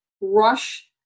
rush